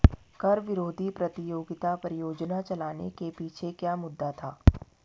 कर विरोधी प्रतियोगिता परियोजना चलाने के पीछे क्या मुद्दा था?